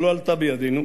אבל לא עלתה בידנו,